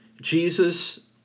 Jesus